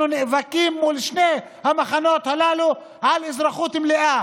אנחנו נאבקים מול שני המחנות הללו על אזרחות מלאה,